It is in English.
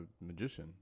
Magician